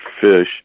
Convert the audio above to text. fish